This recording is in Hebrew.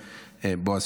בועז,